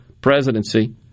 presidency